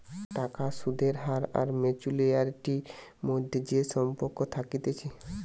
টাকার সুদের হার আর ম্যাচুয়ারিটির মধ্যে যে সম্পর্ক থাকতিছে